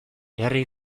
herri